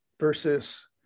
versus